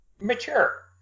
mature